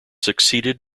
succeeded